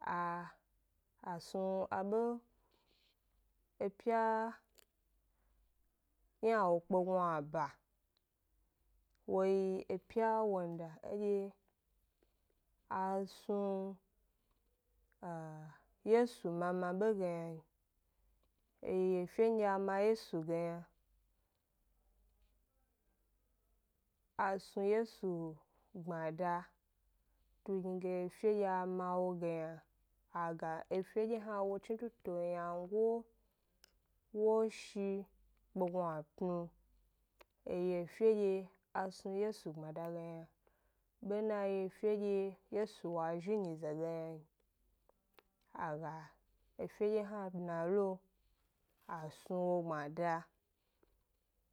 A a snu abe epya ynawo kpe gnuaba wo yi epya wonda edye a snu a yesu mama 'be ge yna n, eyi efe ndye a ma yesu ge yna, a snu yesu gbmada tugni ge fedye a ma wo ge yna a ga efe dye hna wo chni tutuo wyangofe woshi kpe gnuatnu wo yi efe ndye a snu yesu gbmada ge yna, bena fedye hna wo yi fedye yesu wa zhi nyize ge yna n, a ga efe dye hna dna lo a snu wo gbmada,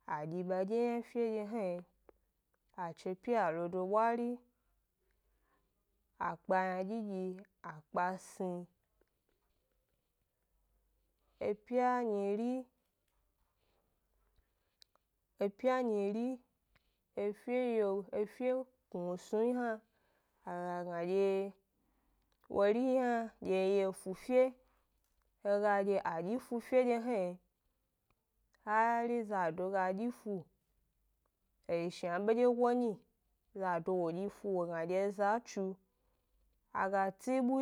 a dyi badye 'yna fedye hna yi, a che pyi a lo do bwari, a kpa ynadyi dyi a kpa sni. Epya nyiri, epya nyiri efe yio efe knusnuyi hna, a ga gna dye wori hna dye yi efu 'fe, he ga dye a dyifu fedye hna yi, hari zado ga dyifu e yi shna bedyegoyi nyi, zado wo dyifu wo gna dye eza tsu, a ga tibu